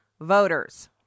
voters